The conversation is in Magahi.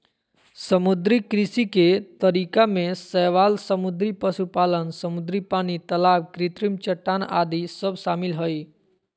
समुद्री कृषि के तरीका में शैवाल समुद्री पशुपालन, समुद्री पानी, तलाब कृत्रिम चट्टान आदि सब शामिल हइ